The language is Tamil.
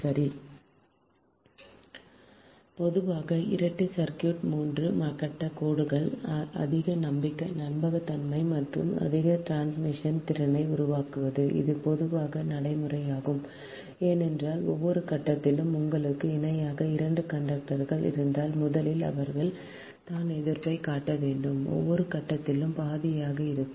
சரி பொதுவாக இரட்டை சர்க்யூட் 3 கட்ட கோடுகள் அதிக நம்பகத்தன்மை மற்றும் அதிக டிரான்ஸ்மிஷன் திறனை உருவாக்குவது ஒரு பொதுவான நடைமுறையாகும் ஏனென்றால் ஒவ்வொரு கட்டத்திலும் உங்களுக்கு இணையாக 2 கண்டக்டர்கள் இருந்தால் முதலில் அவர்கள் தான் எதிர்ப்பைக் காட்ட வேண்டும் ஒவ்வொரு கட்டத்திலும் பாதியாக இருக்கும்